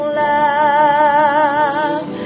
love